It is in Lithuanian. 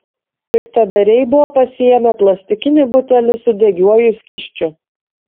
piktadariai buvo pasiėmę plastikinį butelį su degiuoju skysčiu